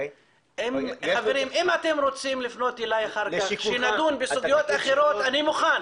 אם אתם רוצים לפנות אלי אחר כך כדי שנדון בסוגיות אחרות אני מוכן.